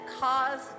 cause